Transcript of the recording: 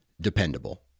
dependable